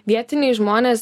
vietiniai žmonės